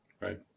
Right